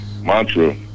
mantra